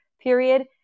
period